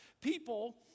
People